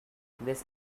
this